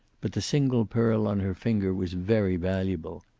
but the single pearl on her finger was very valuable.